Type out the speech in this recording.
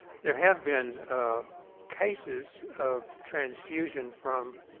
there have been cases of transfusion from